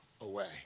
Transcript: away